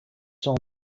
saw